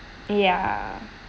ya